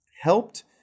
helped